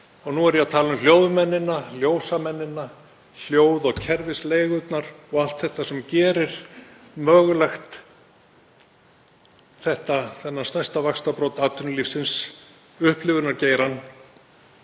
Nú er ég að tala um hljóðmennina, ljósamennina, hljóð- og kerfisleigurnar og allt þetta sem gerir þetta mögulegt, þennan stærsta vaxtarbrodd atvinnulífsins, upplifunargeirann